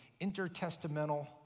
intertestamental